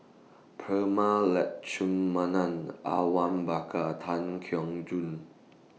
Prema Letchumanan Awang Bakar Tan Keong Choon